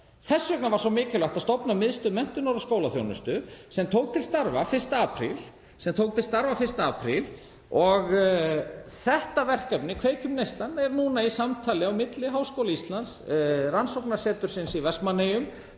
Þess vegna var svo mikilvægt að stofna Miðstöð menntunar og skólaþjónustu sem tók til starfa 1. apríl. Þetta verkefni, Kveikjum neistann, er nú í samtali á milli Háskóla Íslands, rannsóknarsetursins í Vestmannaeyjum,